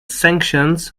sanctions